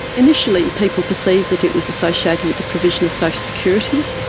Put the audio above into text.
initially people perceived that it was associated with the provision of social security,